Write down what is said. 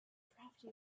drafty